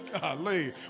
golly